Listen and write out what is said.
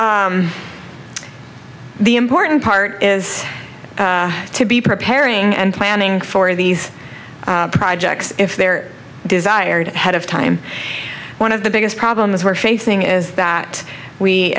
s the important part is to be preparing and planning for these projects if they're desired ahead of time one of the biggest problems we're facing is that we